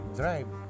drive